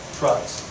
trucks